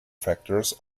factors